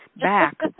back